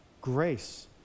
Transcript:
grace